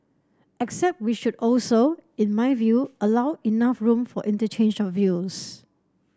except we should also in my view allow enough room for interchange of views